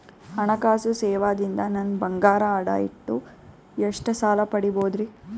ಹಣಕಾಸು ಸೇವಾ ದಿಂದ ನನ್ ಬಂಗಾರ ಅಡಾ ಇಟ್ಟು ಎಷ್ಟ ಸಾಲ ಪಡಿಬೋದರಿ?